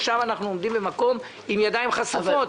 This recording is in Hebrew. עכשיו אנחנו עומדים במקום עם ידיים חשופות.